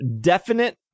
definite